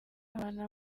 abantu